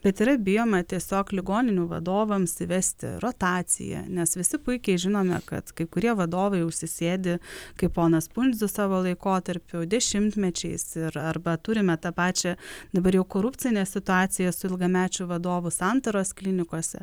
bet yra bijoma tiesiog ligoninių vadovams įvesti rotaciją nes visi puikiai žinome kad kai kurie vadovai užsisėdi kai ponas pundzius savo laikotarpiu dešimtmečiais ir arba turime tą pačią dabar jau korupcinė situacija su ilgamečių vadovų santaros klinikose